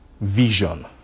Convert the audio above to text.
vision